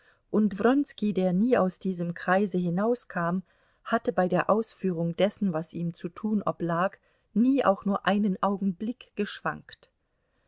und wronski der nie aus diesem kreise hinauskam hatte bei der ausführung dessen was ihm zu tun oblag nie auch nur einen augenblick geschwankt